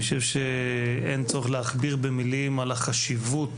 אני חושב שאין צורך להכביר במילים על החשיבות